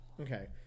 Okay